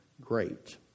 great